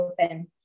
open